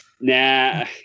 Nah